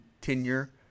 tenure